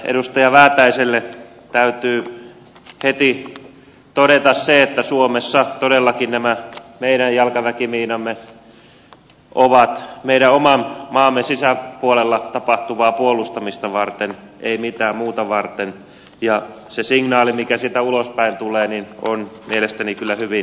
edustaja väätäiselle täytyy heti todeta se että suomessa todellakin nämä meidän jalkaväkimiinamme ovat meidän oman maamme sisäpuolella tapahtuvaa puolustamista varten ei mitään muuta varten ja se signaali mikä sieltä ulospäin tulee on mielestäni kyllä hyvin minimaalinen